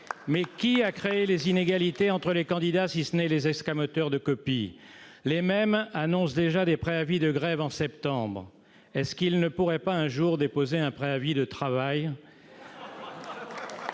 Mais qui a créé les inégalités entre les candidats si ce n'est les escamoteurs de copies ? Les mêmes annoncent déjà des préavis de grève en septembre. Ne pourraient-ils pas déposer un jour un préavis de travail ?